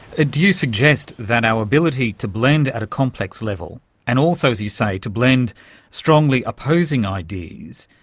ah do you suggest that our ability to blend at a complex level and also, as you say, to blend strongly opposing ideas,